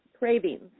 cravings